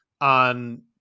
on